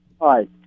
Hi